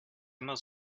immer